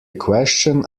question